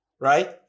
right